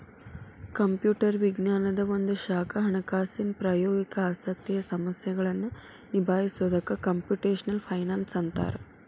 computer ವಿಜ್ಞಾನದ್ ಒಂದ ಶಾಖಾ ಹಣಕಾಸಿನ್ ಪ್ರಾಯೋಗಿಕ ಆಸಕ್ತಿಯ ಸಮಸ್ಯೆಗಳನ್ನ ನಿಭಾಯಿಸೊದಕ್ಕ ಕ್ಂಪುಟೆಷ್ನಲ್ ಫೈನಾನ್ಸ್ ಅಂತ್ತಾರ